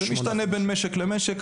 זה משתנה בין משק למשק,